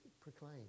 proclaim